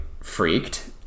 Freaked